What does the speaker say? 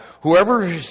whoever